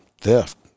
theft